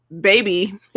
baby